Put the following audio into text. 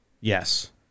Yes